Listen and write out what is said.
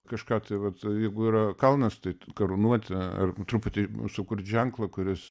kažką tai vat jeigu yra kalnas tai karūnuoti ar truputį sukurt ženklą kuris